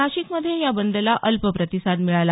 नाशिक मध्ये या बंदला अल्प प्रतिसाद मिळाला